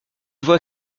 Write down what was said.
vois